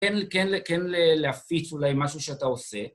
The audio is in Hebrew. כן להפיץ אולי משהו שאתה עושה